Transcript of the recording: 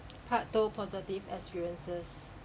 part two positive experiences